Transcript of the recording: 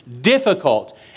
difficult